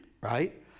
right